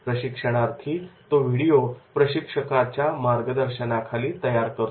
प्रशिक्षणार्थी तो व्हिडिओ प्रशिक्षकाच्या मार्गदर्शनाखाली तयार करतो